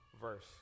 verse